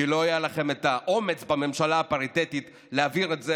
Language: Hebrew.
כי לא היה לכם את האומץ בממשלה הפריטטית להעביר את זה.